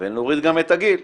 ונוריד גם את הגיל.